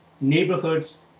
neighborhoods